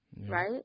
Right